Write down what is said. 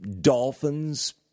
dolphins